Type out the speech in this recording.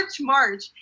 march